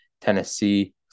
Tennessee